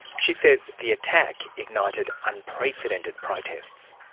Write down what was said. she says the attack ignited unprecedented protests.